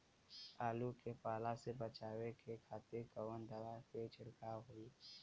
आलू के पाला से बचावे के खातिर कवन दवा के छिड़काव होई?